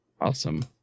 Awesome